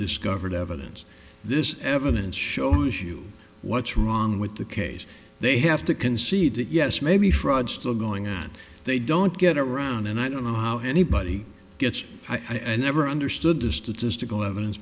discovered evidence this evidence shows you what's wrong with the case they have to concede that yes maybe fraud still going on and they don't get around and i don't know how anybody gets i never understood the statistical evidence